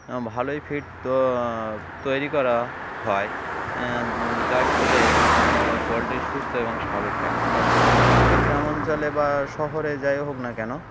ভালোই ফিড তো তৈরি করা হয় যা খেলে পোলট্রি সুস্থ এবং স্বাভাবিক থাকতে পারে আমাদের গ্রামাঞ্চলে বা শহরে যাই হোক না কেন